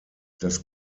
das